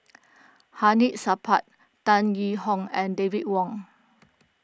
Hamid Supaat Tan Yee Hong and David Wong